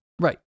Right